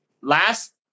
last